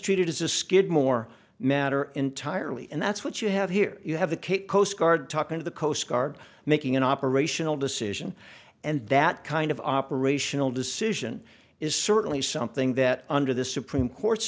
treated as a skidmore matter entirely and that's what you have here you have the cape coast guard talking to the coast guard making an operational decision and that kind of operational decision is certainly something that under the supreme court's